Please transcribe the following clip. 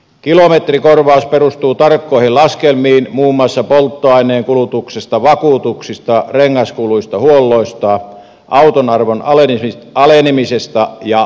kilometrikorvaus perustuu tarkkoihin laskelmiin muun muassa polttoaineen kulutuksesta vakuutuksista rengaskuluista huolloista auton arvon alenemisesta ja veroista